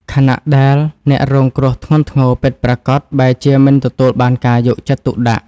ខណៈដែលអ្នករងគ្រោះធ្ងន់ធ្ងរពិតប្រាកដបែរជាមិនទទួលបានការយកចិត្តទុកដាក់។